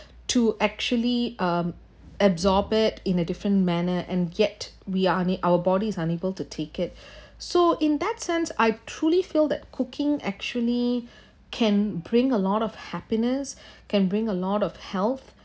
to actually um absorb it in a different manner and yet we are una~ our body is unable to take it so in that sense I truly feel that cooking actually can bring a lot of happiness can bring a lot of health